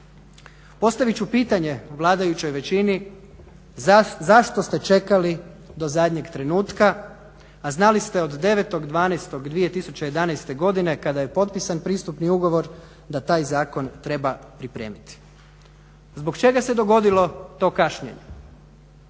Postavit ću pitanje vladajućoj većini zašto ste čekali do zadnjeg trenutka, a znali ste od 9.12.2011. godine kada je potpisan pristupni ugovor da taj zakon treba pripremiti? Zbog čega se to dogodilo to kašnjenje?